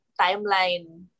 timeline